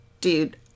dude